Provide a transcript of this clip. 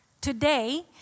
today